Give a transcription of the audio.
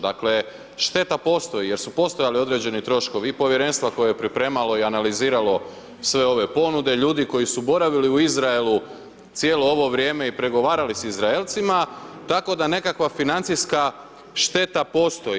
Dakle, šteta postoji jer su postojali određeni troškovi i povjerenstva koje je pripremalo i analiziralo sve ove ponude, ljudi koji su boravili u Izraelu cijelo ovo vrijeme i pregovarali sa Izraelcima tako da nekakva financijska šteta postoji.